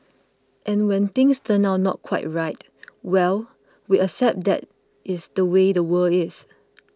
and when things turn out not quite right well we accept that is the way the world is